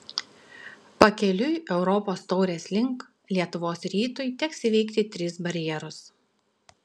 pakeliui europos taurės link lietuvos rytui teks įveikti tris barjerus